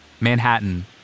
Manhattan